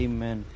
Amen